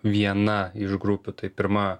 viena iš grupių tai pirma